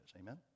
Amen